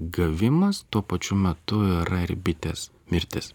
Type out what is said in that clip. gavimas tuo pačiu metu yra ir bitės mirtis